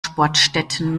sportstätten